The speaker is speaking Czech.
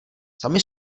sami